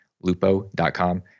Lupo.com